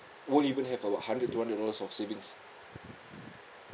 won't even have about hundred two hundred dollars of savings